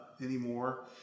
anymore